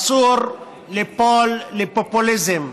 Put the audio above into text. אסור ליפול לפופוליזם.